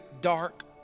dark